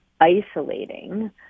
isolating